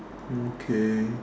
okay